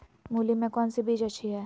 मूली में कौन सी बीज अच्छी है?